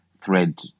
thread